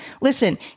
Listen